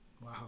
Wow